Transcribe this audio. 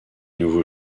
nouveau